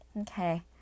Okay